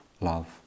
love